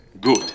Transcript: Good